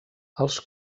els